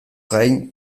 gain